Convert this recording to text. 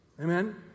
Amen